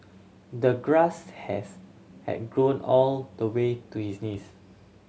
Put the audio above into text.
the grass has had grown all the way to his knees